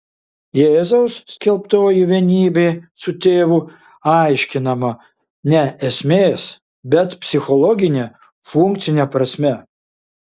jėzaus skelbtoji vienybė su tėvu aiškinama ne esmės bet psichologine funkcine prasme